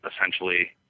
essentially